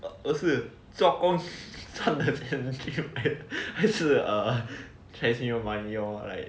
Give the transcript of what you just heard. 都是做工赚的钱去买的还是 chinese new year money lor